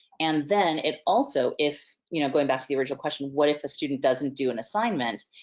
and then it also, if you know going back to the original question, what if a student doesn't do an assignment?